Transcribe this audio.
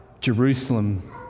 Jerusalem